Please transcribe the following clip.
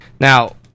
Now